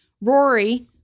Rory